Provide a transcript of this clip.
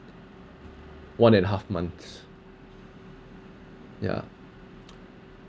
one and the half months ya